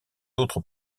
autres